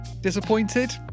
Disappointed